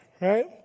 Right